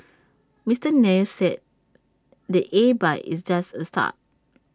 Mister Nair said the A bike is just the start